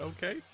Okay